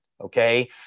okay